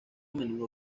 menudo